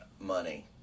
money